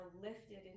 lifted